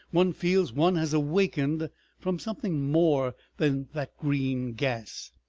one feels one has awakened from something more than that green gas.